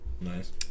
Nice